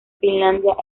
finlandia